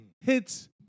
hits